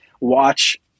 watch